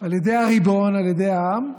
על ידי הריבון, על ידי העם,